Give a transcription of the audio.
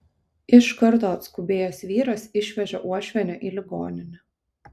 iš karto atskubėjęs vyras išvežė uošvienę į ligoninę